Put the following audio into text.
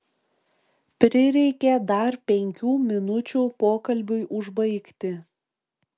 prireikė dar penkių minučių pokalbiui užbaigti